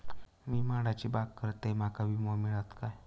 मी माडाची बाग करतंय माका विमो मिळात काय?